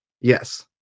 Yes